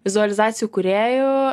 vizualizacijų kūrėju